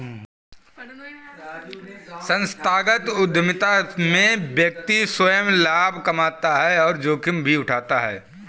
संस्थागत उधमिता में व्यक्ति स्वंय लाभ कमाता है और जोखिम भी उठाता है